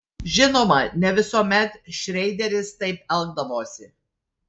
žinoma ne visuomet šreideris taip elgdavosi